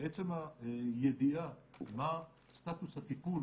עצם הידיעה מה סטטוס הטיפול